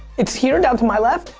it's here down to my left.